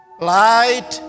Light